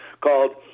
called